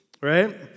right